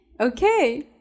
Okay